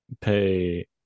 pay